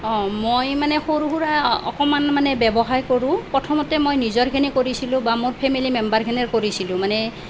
অ মই মানে সৰু সুৰা অকণমান মানে ব্যৱসায় কৰোঁ প্ৰথমতে মই নিজৰখিনি কৰিছিলোঁ বা মোৰ ফেমিলি মেম্বাৰখিনিৰ কৰিছিলোঁ মানে